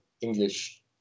English